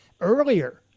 earlier